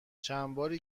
چندباری